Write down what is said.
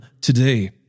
today